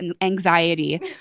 anxiety